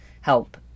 help